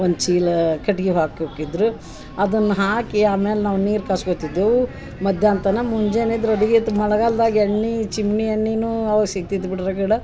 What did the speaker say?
one ಚೀಲಾ ಕಟಿಗಿ ಹಾಕುಕೆ ಇದ್ರ ಅದನ್ನ ಹಾಕಿ ಆಮೇಲೆ ನಾವು ನೀರು ಕಾಸ್ಕೊತಿದ್ದೆವು ಮಧ್ಯಾಹ್ನ ತನ ಮುಂಜಾನೆ ಎದ್ರ ಅಡಿಗೆ ಇತ್ತು ಮಳಗಾಲ್ದಾಗ ಎಣ್ಣೆ ಚಿಮ್ನಿ ಎಣ್ಣಿನೂ ಅವಾಗ ಸಿಕ್ತಿತ್ತು ಬಿಟ್ರಗಡ